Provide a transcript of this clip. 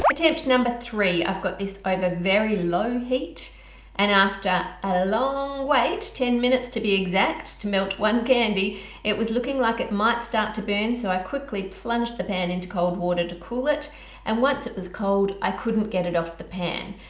attempt number three i've got this over very low heat and after a long wait ten minutes to be exact to melt one candy it was looking like it might start to burn so i quickly plunged the pan into cold water to cool it and once it was cold i couldn't get it off the pan.